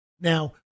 Now